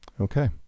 Okay